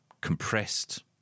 compressed